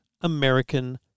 American